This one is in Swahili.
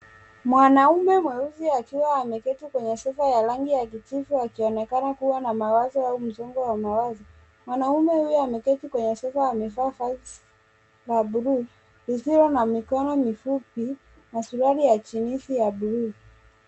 Mwanaume mweusi akiwa ameketi kwenye sofa ya rangi ya kijivu akionekana kuwa na mawazo au msongo wa mawazo. Mwanaume huyu ameketi kwenye sofa amevaa shati bluu lisilo na mikono mifupi na suruali ya jinisi ya bluu.